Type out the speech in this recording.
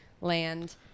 land